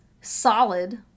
solid